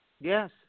Yes